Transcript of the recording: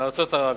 מארצות ערב.